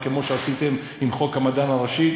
כמו שעשיתם עם חוק המדען הראשי,